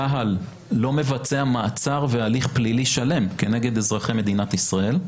צה"ל לא מבצע מעצר ומהלך פלילי שלם כנגד אזרחי מדינת ישראל,